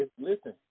Listen